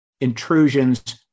intrusions